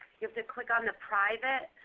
you have to click on the private,